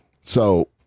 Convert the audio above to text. So-